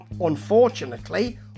unfortunately